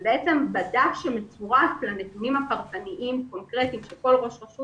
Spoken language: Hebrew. זה בדף שמצורך לנתונים הפרטניים קונקרטיים שכל ראש רשות